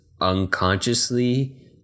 unconsciously